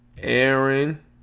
Aaron